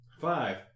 Five